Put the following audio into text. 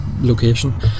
location